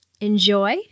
enjoy